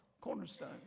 Cornerstone